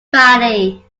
valley